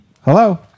Hello